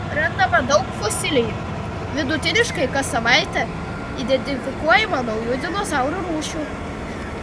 randama daug fosilijų vidutiniškai kas savaitę identifikuojama naujų dinozaurų rūšių